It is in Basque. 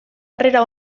harrera